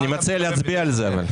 אבל אני מציע להצביע על זה.